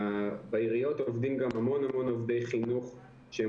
בעיריות עובדים גם המון המון עובדי חינוך שהם